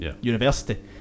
university